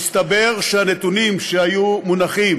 הסתבר שהנתונים שהיו מונחים